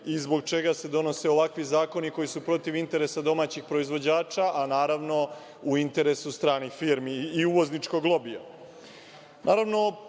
i zbog čega se donose ovakvi zakoni, koji su protiv interesa domaćih proizvođača, a, naravno, u interesu stranih firmi i uvozničkog